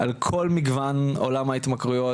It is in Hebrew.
על כל מגוון עולם ההתמכרויות,